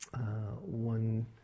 one